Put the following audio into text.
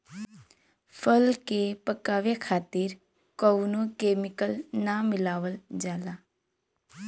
फल के पकावे खातिर कउनो केमिकल ना मिलावल जाला